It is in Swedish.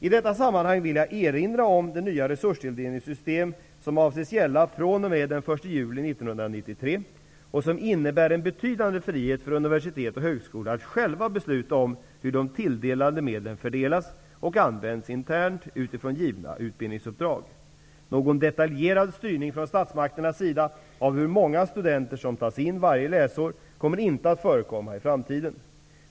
I detta sammanhang vill jag även erinra om det nya resurstilldelningssystem som gäller fr.o.m. den 1 juli 1993 och som innebär en betydande frihet för universitet och högskolor att själva besluta om hur de tilldelade medlen fördelas och används internt utifrån givna utbildningsuppdrag. Någon detaljerad styrning från statsmakternas sida av hur många studenter som tas in varje läsår kommer inte att förekomma i framtiden.